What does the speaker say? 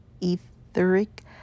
etheric